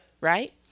right